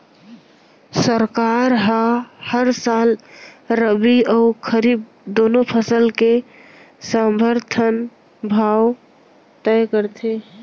सरकार ह हर साल रबि अउ खरीफ दूनो फसल के समरथन भाव तय करथे